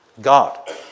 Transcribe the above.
God